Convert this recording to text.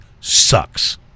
sucks